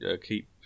keep